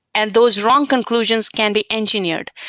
and those wrong conclusions can be engineered.